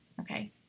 Okay